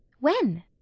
When